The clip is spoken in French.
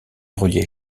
reliait